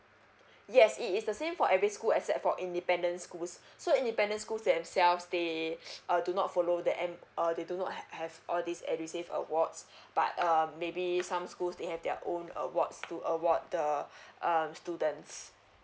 yes it is the same for every school except for independent schools so independent schools themselves they uh do not follow the M~ uh they do not ha~ have all these edusave awards but um maybe some schools they have their own awards to award the um students